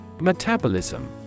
Metabolism